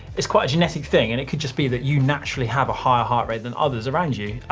it's quite a genetic thing, and it could just be that you naturally have a higher heart rate than others around you.